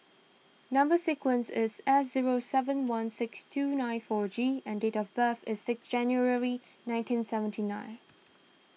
Number Sequence is S zero seven one six two nine four G and date of birth is six January nineteen seventy nine